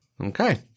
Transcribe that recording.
Okay